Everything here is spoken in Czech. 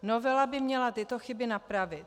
Novela by měla tyto chyby napravit.